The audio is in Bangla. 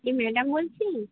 এই ম্যাডাম বলছি